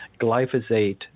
glyphosate